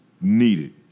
needed